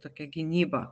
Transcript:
tokia gynyba